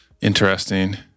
Interesting